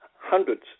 hundreds